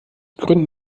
gründen